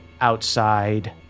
outside